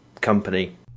company